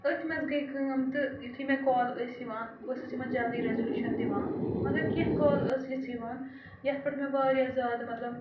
أتھۍ منٛز گٔے کٲم تہٕ یُتھُے مےٚ کال ٲسۍ یِوان بہٕ ٲسٕس یِمَن جلدی ریزلوٗشَن دِوان مگر کینٛہہ کال ٲس یِژھ یِوان یَتھ پٮ۪ٹھ مےٚ واریاہ زیادٕ مطلب